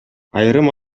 айрым